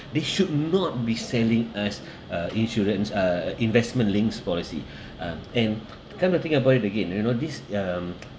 they should not be selling us uh insurance uh investment links policy uh and time to think about it again you know this um